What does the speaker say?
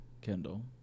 Kendall